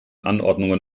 anordnungen